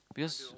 because